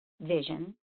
vision